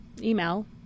email